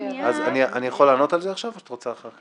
האם אני יכול לענות על זה עכשיו או אחר כך?